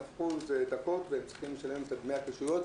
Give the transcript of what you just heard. נכון, בהחלט, זה משפיע על הורים.